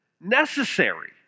necessary